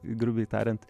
drubiai tariant